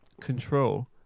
control